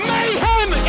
Mayhem